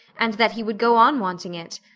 and that he would go on wanting it.